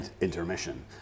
intermission